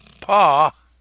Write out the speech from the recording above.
Pa